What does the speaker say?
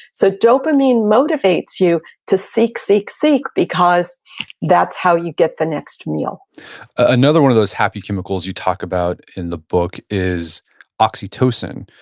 so dopamine motivates you to seek, seek, seek, because that's how you get the next meal another one of those happy chemicals you talk about in the book is oxytocin,